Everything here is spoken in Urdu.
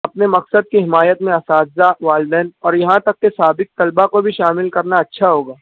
اپنے مقصد کی حمایت میں اساتذہ والدین اور یہاں تک کہ سابق طلبہ کو بھی شامل کرنا اچھا ہو گا